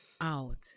Out